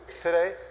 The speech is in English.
today